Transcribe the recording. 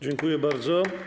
Dziękuję bardzo.